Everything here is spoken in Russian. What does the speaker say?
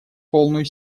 полную